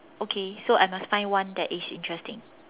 okay so I must find one that is interesting